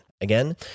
Again